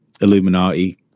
Illuminati